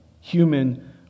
human